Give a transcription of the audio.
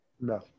No